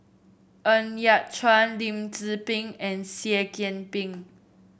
Ng Yat Chuan Lim Tze Peng and Seah Kian Peng